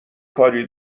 کاری